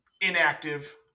inactive